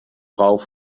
rauf